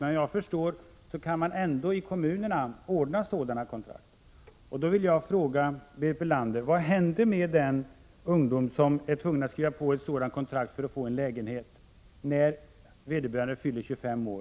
Men såvitt jag kan förstå kan man ändå i kommunerna ordna sådana kontrakt. Då vill jag fråga Berit Bölander: Vad händer med den ungdom som är tvungen att skriva på ett sådant kontrakt för att få en lägenhet, när vederbörande sedan fyller 25 år?